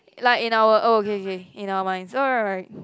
like in our oh K K in our mind so alright